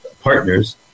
partners